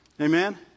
Amen